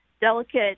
delicate